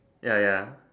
ya ya